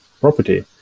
property